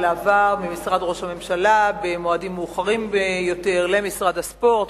אלא עבר ממשרד ראש הממשלה במועדים מאוחרים ביותר למשרד הספורט,